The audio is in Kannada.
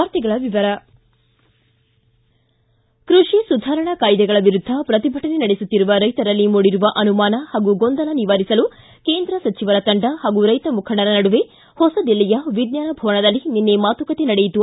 ವಾರ್ತೆಗಳ ವಿವರ ಕೃಷಿ ಸುಧಾರಣಾ ಕಾಯ್ದೆಗಳ ವಿರುದ್ದ ಪ್ರತಿಭಟನೆ ನಡೆಸುತ್ತಿರುವ ರೈತರಲ್ಲಿ ಮೂಡಿರುವ ಅನುಮಾನ ಹಾಗೂ ಗೊಂದಲ ನಿವಾರಿಸಲು ಕೇಂದ್ರ ಸಚಿವರ ತಂಡ ಹಾಗೂ ರೈತ ಮುಖಂಡರ ನಡುವೆ ಹೊಸದಿಲ್ಲಿಯ ವಿಜ್ವಾನ ಭವನದಲ್ಲಿ ನಿನ್ನೆ ಮಾತುಕತೆ ನಡೆಯಿತು